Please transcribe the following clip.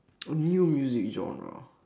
a new music genre